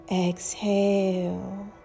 Exhale